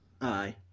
Aye